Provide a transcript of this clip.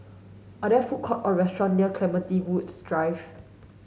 are there food court or restaurant near Clementi Woods Drive